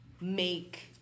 make